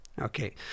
Okay